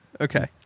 Okay